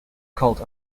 called